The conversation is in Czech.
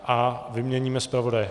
A vyměníme zpravodaje.